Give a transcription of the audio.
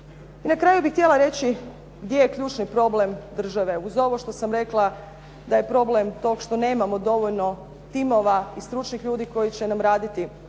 I na kraju bih htjela reći gdje je ključni problem države. Uz ovo što sam rekla da je problem to što nemamo dovoljno timova i stručnih ljudi koji će nam raditi